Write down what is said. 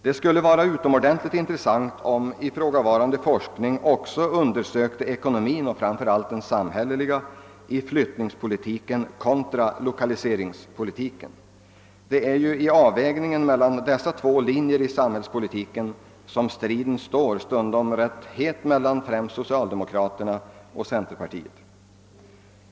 Det :skulle vara synnerligen intressant om ifrågavarande forskning också inriktades på ekonomin, framför allt den samhälleliga, då det gäller flyttningspolitiken kontra lokaliseringspolitiken. Det är ju om avvägningen mellan dessa två linjer inom sambhällspolitiken som striden stundom är rätt het mellan främst socialdemokraterna och centerpartiet.